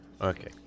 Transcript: Okay